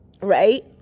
Right